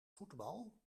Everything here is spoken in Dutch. voetbal